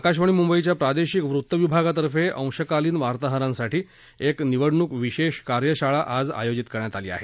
आकाशवाणी मुंबईच्या प्रादेशिक वृत्तविभागातर्फे अंशकालिन वार्ताहरांसाठी एक निवडणूक विशेष कार्यशाळा आज आयोजित करण्यात आली आहे